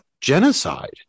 genocide